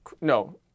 No